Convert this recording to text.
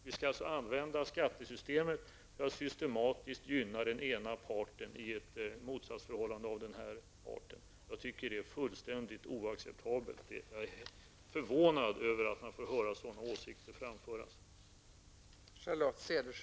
Vi skall alltså använda skattesystemet för att systematiskt gynna den ena parten i ett motsatsförhållande av denna art. Jag tycker att det är fullständigt oacceptabelt, och jag är förvånad över att få höra sådana åsikter framföras.